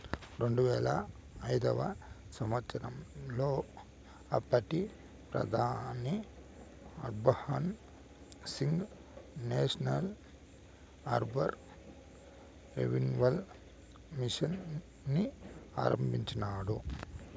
రెండువేల ఐదవ సంవచ్చరంలో అప్పటి ప్రధాని Manmohan Singh national urban renewal mission ని ఆరంభించినాడు